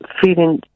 feeling